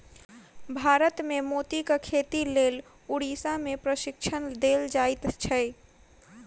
भारत मे मोतीक खेतीक लेल उड़ीसा मे प्रशिक्षण देल जाइत छै